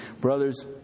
Brothers